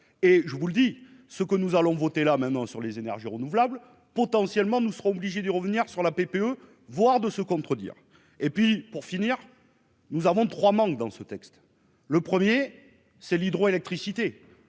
et je vous le dis, ce que nous allons voter là maintenant sur les énergies renouvelables, potentiellement, nous serons obligés de revenir sur la PPE, voire de se contredire et puis pour finir, nous avons 3 manque dans ce texte le 1er c'est l'hydroélectricité